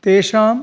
तेषाम्